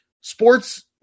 sports